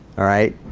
all right,